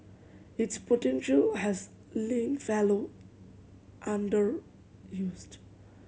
its potential has lain fallow underused